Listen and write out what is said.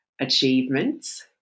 achievements